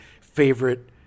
favorite